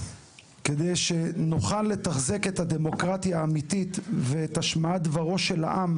כדי שנוכל לתחזק את הדמוקרטיה האמיתית ואת השמעת דברו של העם,